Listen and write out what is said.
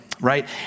Right